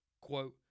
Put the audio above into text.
Quote